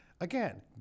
Again